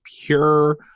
pure